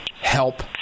help